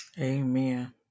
Amen